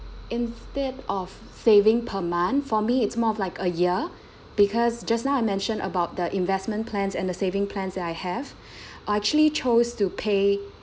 instead of saving per month for me it's more of like a year because just now I mentioned about the investment plans and the saving plans that I have I actually chose to pay